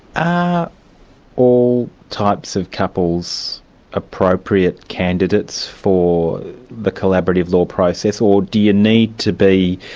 are all types of couples appropriate candidates for the collaborative law process, or do you need to be